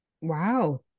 Wow